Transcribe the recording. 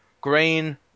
grain